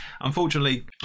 unfortunately